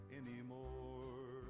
anymore